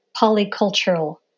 polycultural